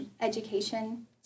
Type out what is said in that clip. education